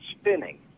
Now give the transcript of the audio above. spinning